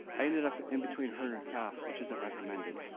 i ended up in between her calf, which isn't recommended,